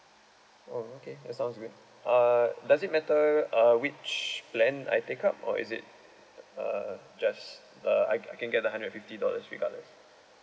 oh okay that sounds good uh does it matter uh which plan I take up or is it uh just uh I can I can get a hundred fifty dollars regardless